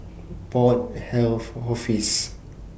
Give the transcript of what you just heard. Port Health Office